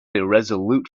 irresolute